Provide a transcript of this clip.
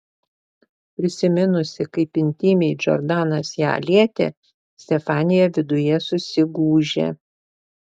prisiminusi kaip intymiai džordanas ją lietė stefanija viduje susigūžė